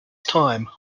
time